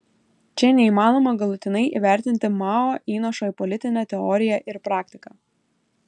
čia neįmanoma galutinai įvertinti mao įnašo į politinę teoriją ir praktiką